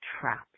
trapped